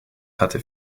hatte